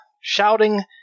shouting